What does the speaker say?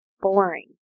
boring